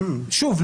שוב,